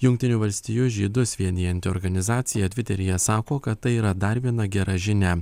jungtinių valstijų žydus vienijanti organizacija tviteryje sako kad tai yra dar viena gera žinia